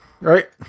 right